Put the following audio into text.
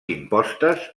impostes